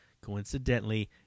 coincidentally